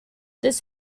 this